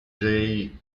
jay